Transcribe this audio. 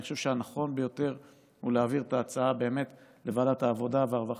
אני חושב שהנכון ביותר הוא להעביר את ההצעה באמת לוועדת העבודה והרווחה,